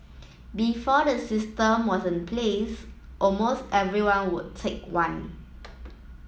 before the system was in place almost everyone would take one